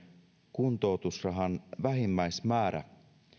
kuntoutusrahan vähimmäismäärä